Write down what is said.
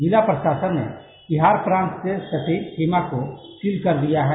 जिला प्रशासन ने बिहार प्रांत से सटी सीमा को सील कर दिया है